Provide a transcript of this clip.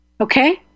okay